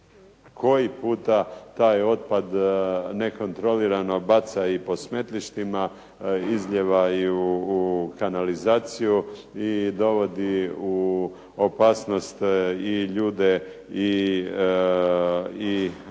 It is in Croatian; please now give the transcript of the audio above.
koji puta taj otpad nekontrolirano baca po smetlištima, izlijeva u kanalizaciju i dovodi u opasnost i ljude i okoliš.